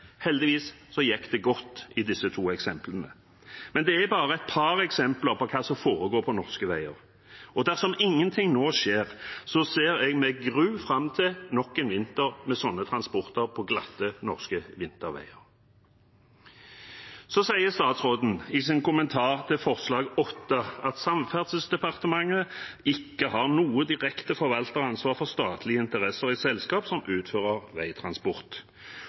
Heldigvis gikk det godt i disse to eksemplene. Men dette er bare et par eksempler på hva som foregår på norske veier. Dersom ingenting skjer, ser jeg med gru fram til nok en vinter med sånne transporter på glatte, norske vinterveier. Statsråden sier i sin kommentar til forslag nr. 8 at Samferdselsdepartementet ikke har noe direkte forvalteransvar for statlige interesser i selskaper som utfører veitransport.